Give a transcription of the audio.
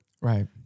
Right